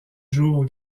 jour